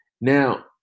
Now